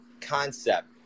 concept